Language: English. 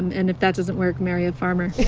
and if that doesn't work, marry a farmer